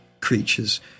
creatures